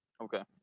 okay